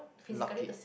lock it